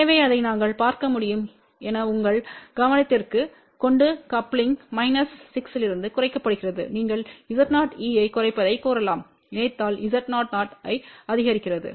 எனவே அதை நீங்கள் பார்க்க முடியும் என உங்கள் கவனத்திற்கு கொண்டு கப்லிங் மைனஸ் 6 இலிருந்து குறைக்கப்படுகிறது நீங்கள் Z0e ஐக்குறைப்பதைக்கூறலாம் இணைத்தல் Z0oஐ அதிகரிக்கிறது